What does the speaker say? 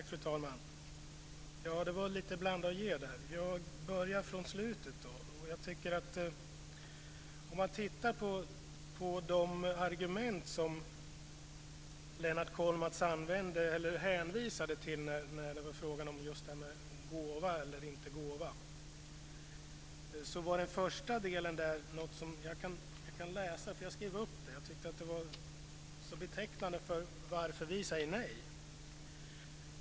Fru talman! Det var lite av blanda och ge. Jag börjar från slutet. Om man tittar på de argument som Lennart Kollmats hänvisade till i fråga om gåva eller inte gåva kan jag läsa upp den första delen eftersom jag skrev ned det. Det var så betecknande för varför vi säger nej.